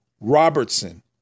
Robertson